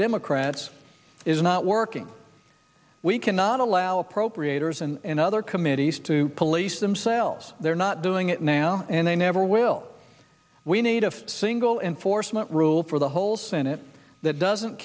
democrats is not working we cannot allow appropriators and other committees to police themselves they're not doing it now and they never will we need a single enforcement rule for the whole senate that doesn't